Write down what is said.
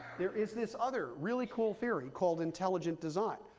there is this other really cool theory, called intelligent design.